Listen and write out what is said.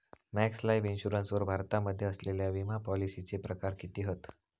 Max Life Insurance वर भारतामध्ये असलेल्या विमापॉलिसीचे प्रकार किती हत?